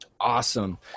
Awesome